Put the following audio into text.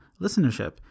listenership